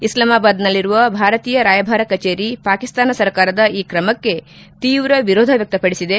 ಇಸ್ಲಾಮಾಬಾದ್ನಲ್ಲಿರುವ ಭಾರತೀಯ ರಾಯಭಾರ ಕಚೇರಿ ಪಾಕಿಸ್ತಾನ ಸರ್ಕಾರದ ಈ ಕ್ರಮಕ್ಷೆ ತೀವ್ರ ವಿರೋಧ ವ್ಯಕ್ತಪಡಿಸಿದೆ